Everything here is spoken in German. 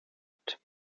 hat